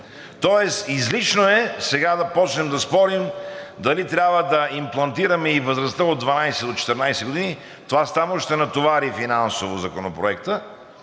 Тоест излишно е сега да започнем да спорим дали трябва да имплантираме и възрастта от 12 до 14 години – това само ще натовари финансово Законопроекта